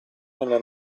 nella